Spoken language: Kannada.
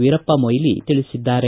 ವೀರಪ್ಪಮೊಬ್ಲಿ ತಿಳಿಸಿದ್ದಾರೆ